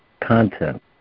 content